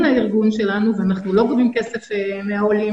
הארגון שלנו ואנחנו לא גובים כסף מהעולים